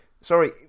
Sorry